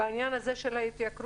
אז בעניין הזה של ההתייקרות,